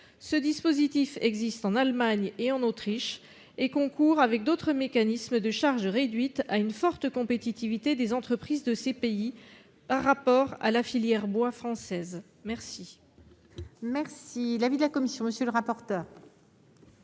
Le dispositif existe en Allemagne et en Autriche et concourt, avec d'autres mécanismes de charges réduites, à la forte compétitivité des entreprises de ces pays par rapport à la filière bois française. Quel est l'avis de la commission ? Madame la sénatrice,